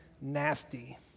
nasty